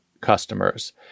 customers